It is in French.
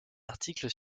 article